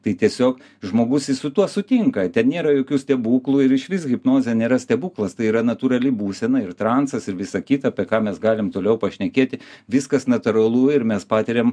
tai tiesiog žmogus jis su tuo sutinka ten nėra jokių stebuklų ir išvis hipnozė nėra stebuklas tai yra natūrali būsena ir transas ir visa kita apie ką mes galim toliau pašnekėti viskas natūralu ir mes patiriam